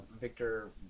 Victor